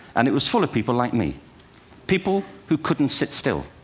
and it was full of people like me people who couldn't sit still,